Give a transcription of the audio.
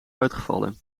uitgevallen